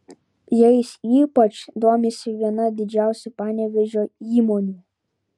jais ypač domisi viena didžiausių panevėžio įmonių